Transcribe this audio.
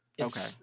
Okay